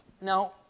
Now